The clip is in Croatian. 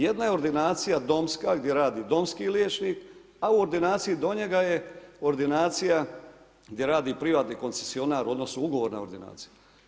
Jedna je ordinacija domska, gdje radi domski liječnik, a u ordinaciji do njega je ordinacija gdje radi privatni koncesionar, odnosno, ugovorna ordinacija.